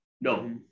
No